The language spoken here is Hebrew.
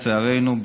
לצערנו,